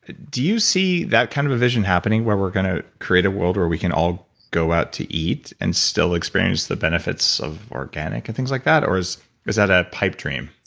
ah do you see that kind of a vision happening where we're gonna create a world where we can all go out to eat and still experience the benefits of organic and things like that? or is is that a pipe dream?